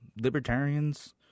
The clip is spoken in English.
libertarians